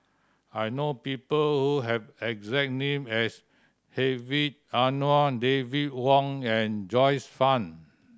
I know people who have exact name as Hedwig Anuar David Wong and Joyce Fan